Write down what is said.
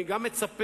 אני גם מצפה,